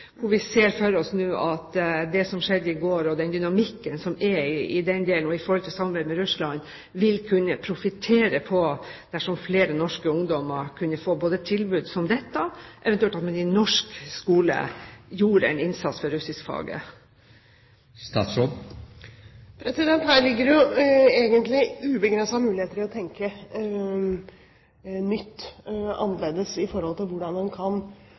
som skjedde i går – den dynamikken som er der, og samarbeidet med Russland – vil kunne profittere dersom flere norske ungdommer kunne få tilbud som dette, og at man eventuelt i norsk skole gjorde en innsats for russiskfaget. Her ligger det jo egentlig ubegrensede muligheter til å tenke nytt og annerledes når det gjelder hvordan en kan